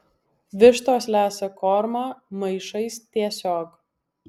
vištos lesa kormą maišais tiesiog